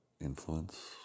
influence